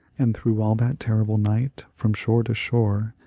and through all that terrible night, from shore to shore,